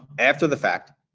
after the fact,